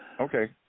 Okay